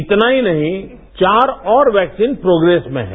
इतना ही नहीं चार और वैक्सीन प्रोग्रैस में हैं